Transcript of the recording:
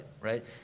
right